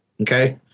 okay